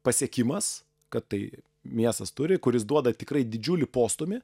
pasiekimas kad tai miestas turi kuris duoda tikrai didžiulį postūmį